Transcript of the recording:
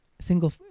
single